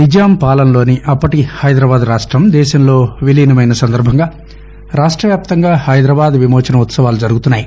నిజాం పాలనలోని అప్పటి హైదరాబాద్ రాష్టం దేశంలో విలీనమైన సందర్భంగా రాష్ట్రవ్యాప్తంగా హైదరాబాద్ విమోచన ఉత్సవాలు జరుగుతున్నాయి